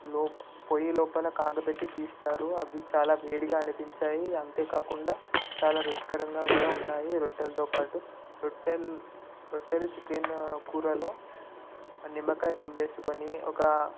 పొయ్యి లోపల కాగబెట్టి తీస్తారు అవి చాలా వేడిగా అనిపించాయి అంతే కాకుండా చాలా రుచికరంగా కూడా ఉన్నాయి రొట్టెలుతో పాటు రొట్టెలు రొట్టెలు చికెన్ కూరలో ఒక నిమ్మకాయ పిండుకొని ఒక